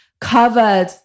covered